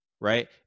right